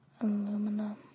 Aluminum